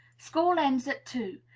school ends at two.